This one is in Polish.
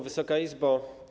Wysoka Izbo!